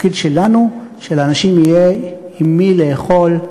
התפקיד שלנו הוא שלאנשים יהיה עם מי לאכול,